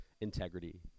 integrity